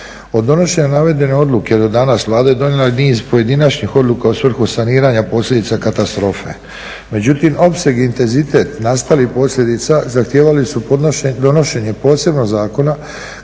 Od donošenja navedene odluke do danas Vlada je donijela niz pojedinačnih odluka u svrhu saniranja posljedica katastrofe. Međutim opseg i intenzitet nastalih posljedica zahtijevali su donošenje posebnog zakona